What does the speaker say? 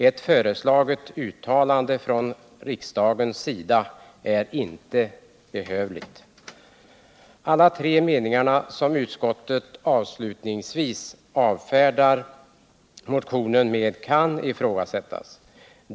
Ett föreslaget uttalande från riksdagens sida är inte behövligt.” Alla tre meningarna som utskottet avslutningsvis avfärdar motionen med kan ifrågasättas.